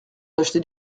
d’acheter